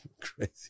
crazy